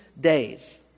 days